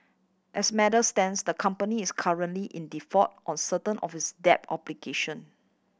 as matters stands the company is currently in default on certain of its debt obligation